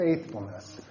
faithfulness